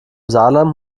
saarland